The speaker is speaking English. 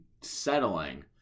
settling